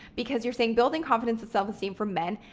because you're saying building confidence and self-esteem for men.